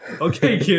Okay